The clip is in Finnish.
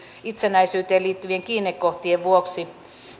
itsenäisyyteen liittyvien kiinnekohtien vuoksi